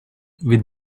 with